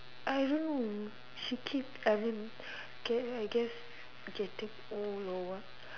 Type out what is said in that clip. I don't know she keeps I mean guess I I guess I can take old lower